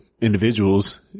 individuals